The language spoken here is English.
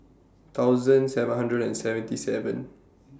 thousand seven hundred and seventy seven